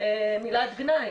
מילת גנאי.